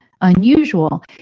Unusual